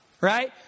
Right